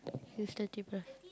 he's thirty plus